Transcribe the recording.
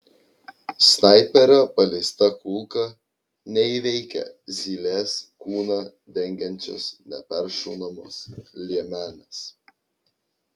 snaiperio paleista kulka neįveikia zylės kūną dengiančios neperšaunamos liemenės